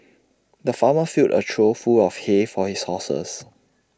the farmer filled A trough full of hay for his horses